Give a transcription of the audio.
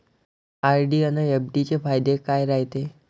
RD अन FD चे फायदे काय रायते?